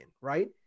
right